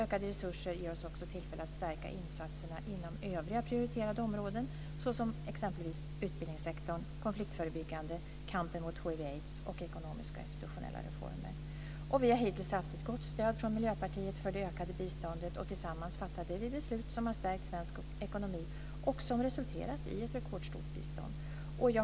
Ökade resurser ger oss också tillfälle att stärka insatserna inom övriga prioriterade områden såsom exempelvis utbildningssektorn, konfliktförebyggande, kampen mot hiv/aids och ekonomiska och institutionella reformer. Tillsammans fattade vi beslut som har stärkt svensk ekonomi och som resulterat i ett rekordstort bistånd.